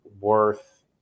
worth